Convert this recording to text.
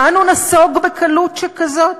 כאן הוא נסוג בקלות שכזאת?